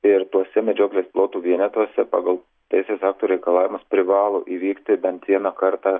ir tuose medžioklės plotų vienetuose pagal teisės aktų reikalavimus privalo įvykti bent vieną kartą